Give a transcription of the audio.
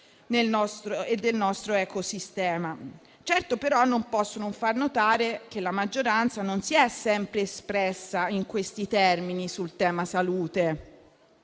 e del nostro ecosistema. Certo però non posso non far notare che la maggioranza non si è sempre espressa in questi termini sul tema salute.